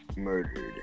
murdered